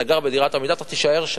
אתה גר בדירת "עמידר" אתה תישאר שם,